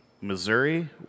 Missouri